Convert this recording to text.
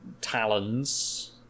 talons